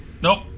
nope